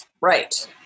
Right